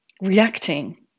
reacting